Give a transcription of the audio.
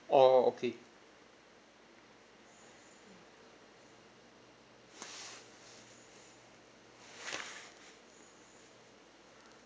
orh okay